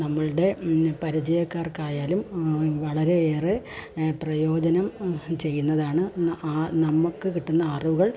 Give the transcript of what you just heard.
നമ്മളുടെ പരിചയക്കാർക്ക് ആയാലും വളരെയേറെ പ്രയോജനം ചെയ്യുന്നതാണ് ആ നമ്മുക്ക് കിട്ടുന്ന അറിവുകൾ